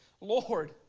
Lord